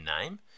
name